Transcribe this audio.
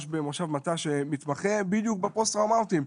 במושב מטע שמתמחה בדיוק בפוסט טראומטיים.